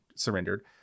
Surrendered